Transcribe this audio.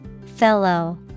Fellow